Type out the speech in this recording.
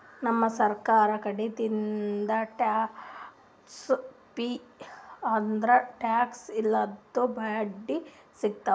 ನಮ್ಗ್ ಸರ್ಕಾರ್ ಕಡಿದಿಂದ್ ಟ್ಯಾಕ್ಸ್ ಫ್ರೀ ಅಂದ್ರ ಟ್ಯಾಕ್ಸ್ ಇರ್ಲಾರ್ದು ಬಾಂಡ್ ಸಿಗ್ತಾವ್